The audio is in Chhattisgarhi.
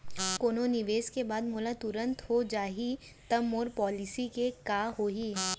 कोनो निवेश के बाद मोला तुरंत हो जाही ता मोर पॉलिसी के का होही?